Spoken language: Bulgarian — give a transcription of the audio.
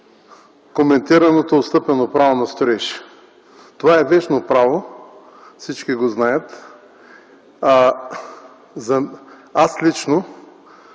коментираното отстъпено право на строеж. Това е вечно право, всички го знаят. Аз лично